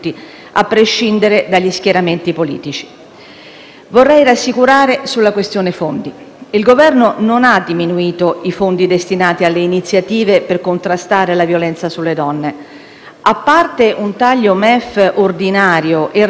Vorrei rassicurare sulla questione fondi: il Governo non ha diminuito i fondi destinati alle iniziative per contrastare la violenza sulle donne. A parte un taglio MEF ordinario e ricorrente del 2,7